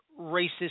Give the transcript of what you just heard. racist